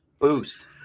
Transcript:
boost